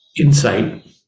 insight